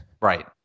Right